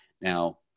Now